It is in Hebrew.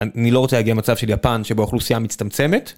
אני לא רוצה להגיע למצב של יפן שבו האוכלוסייה מצטמצמת.